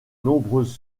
nombreuses